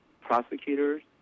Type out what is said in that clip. prosecutors